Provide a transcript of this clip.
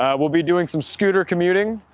um we'll be doing some scooter commuting,